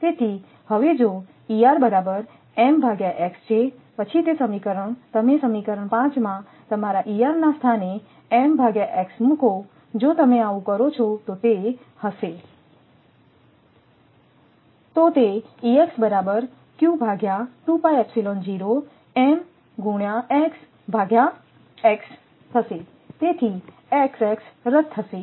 તેથી હવે જો છે પછી તે સમીકરણ તમે સમીકરણ 5માં તમારામૂકો જો તમે આવું કરો છો તો તે હશે તેથી x રદ થશે